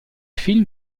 film